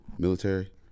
military